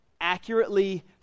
accurately